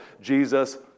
Jesus